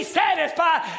satisfied